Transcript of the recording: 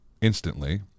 instantly